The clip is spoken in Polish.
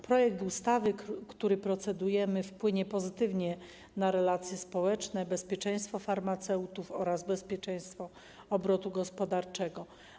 Projekt ustawy, nad którym procedujemy, wpłynie pozytywnie na relacje społeczne, bezpieczeństwo farmaceutów oraz bezpieczeństwo obrotu gospodarczego.